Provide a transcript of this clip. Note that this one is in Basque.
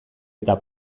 eta